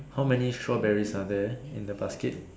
how many strawberries are there in the basket